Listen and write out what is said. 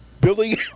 Billy